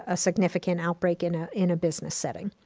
ah significant outbreak in ah in a business setting.